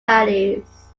valleys